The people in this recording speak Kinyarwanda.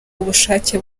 ubushake